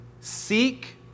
Seek